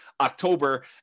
October